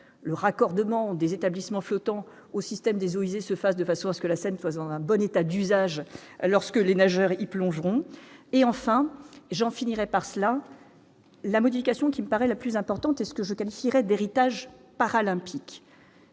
le raccordement des établissements flottants au système des eaux usées se fasse de façon à ce que la scène faisant un bon état d'usage lorsque les nageurs ils plongeront et enfin, et j'en finirai par cela, la modification qui me paraît la plus importante est-ce que je qualifierais d'héritage paralympiques.